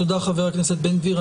תודה, חבר הכנסת בן גביר.